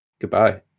Goodbye